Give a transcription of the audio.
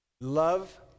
Love